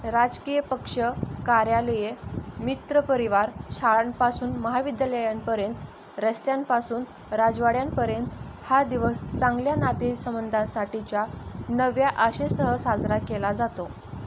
राजकीय पक्ष कार्यालये मित्रपरिवार शाळांपासून महाविद्यालयांपर्यंत रस्त्यांपासून राजवाड्यांपर्यंत हा दिवस चांगल्या नातेसंबंधांसाठीच्या नव्या आशेसह साजरा केला जातो